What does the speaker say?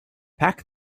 pack